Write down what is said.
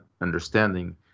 understanding